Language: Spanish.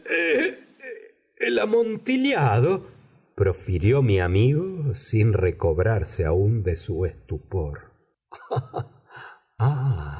el amontillado profirió mi amigo sin recobrarse aún de su estupor